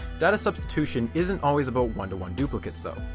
data substitution isn't always about one-to-one duplicates though,